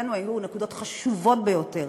שמבחינתנו היו נקודות חשובות ביותר,